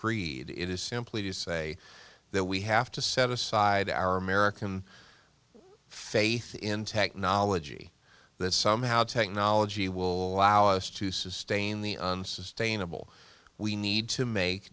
screed it is simply to say that we have to set aside our american faith in technology that somehow technology will allow us to sustain the unsustainable we need to make